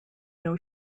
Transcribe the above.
know